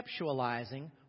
conceptualizing